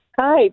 Hi